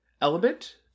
element